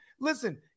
listen